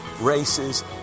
races